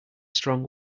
strong